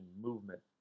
movement